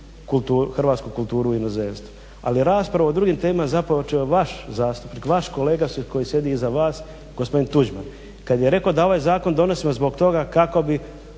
hrvatsku kulturu u inozemstvu ali raspravu o drugim temama započeo je vaš zastupnik, vaš kolega koji sjedi iza vas, gospodin Tuđman kad je rekao da je ovaj zakon donosimo zbog toga kako bi